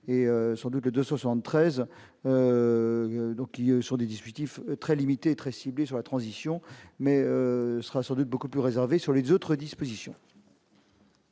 et sans doute de 73, donc ils sont des 18 if très limitée et très ciblée sur la transition, mais ce sera sans doute beaucoup plus réservés sur les autres dispositions.